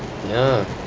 ya